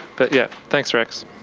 but yeah, thanks rex.